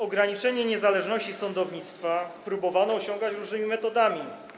Ograniczenie niezależności sądownictwa próbowano osiągać różnymi metodami.